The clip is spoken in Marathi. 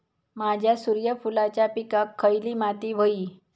माझ्या सूर्यफुलाच्या पिकाक खयली माती व्हयी?